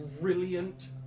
brilliant